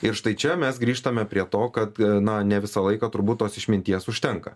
ir štai čia mes grįžtame prie to kad na ne visą laiką turbūt tos išminties užtenka